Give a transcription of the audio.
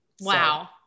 Wow